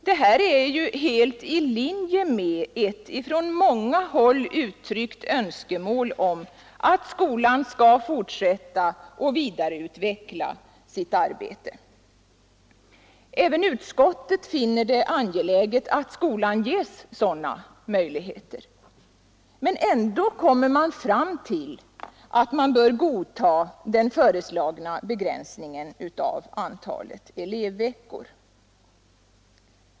Detta är helt i linje med ett från många håll uttryckt önskemål om att skolan skall fortsätta och vidareutveckla sitt arbete. Även utskottet finner det angeläget att skolan ges sådana möjligheter. Men ändå kommer man fram till att man bör godta den föreslagna begränsningen av antalet elevveckor.